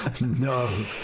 No